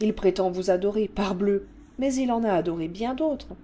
h prétend vous adorer parbleu mais il en a adoré bien d'autres